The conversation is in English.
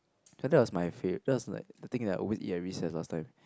and that was my fa~ that's like the thing I always eat every recess last time